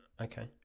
Okay